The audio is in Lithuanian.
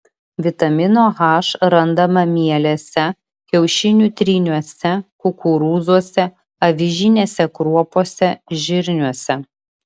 vitamino h randama mielėse kiaušinių tryniuose kukurūzuose avižinėse kruopose žirniuose